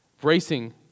Bracing